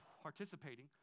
participating